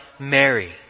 Mary